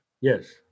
Yes